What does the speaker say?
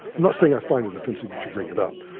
not saying i find it offensive that you bring it up.